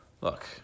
look